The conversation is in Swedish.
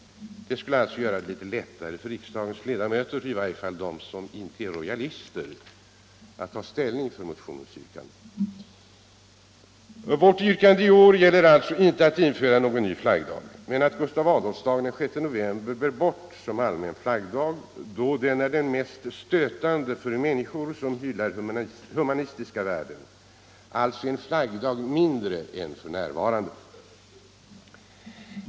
Det borde kunna göra det litet lättare för riksdagens ledamöter, i varje fall för dem som inte är rojalister, att ta ställning till motionsyrkandet. Vi har alltså yrkat att Gustav Adolfsdagen den 6 november tas bort som allmän flaggdag, då den är den mest stötande för människor som hyllar humanistiska värden. Det skulle innebära att det blev en flaggdag mindre än f.n.